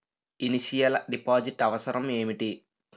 Initial deposit అవసరం ఏమిటి?